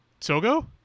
Sogo